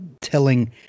telling